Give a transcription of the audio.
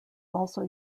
also